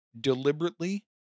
deliberately